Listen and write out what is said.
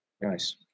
Nice